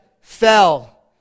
fell